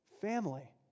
family